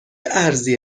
ارزی